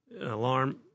alarm